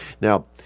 Now